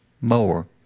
more